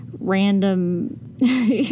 random